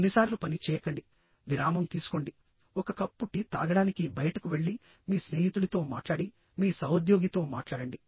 కొన్నిసార్లు పని చేయకండి విరామం తీసుకోండి ఒక కప్పు టీ తాగడానికి బయటకు వెళ్లి మీ స్నేహితుడితో మాట్లాడి మీ సహోద్యోగితో మాట్లాడండి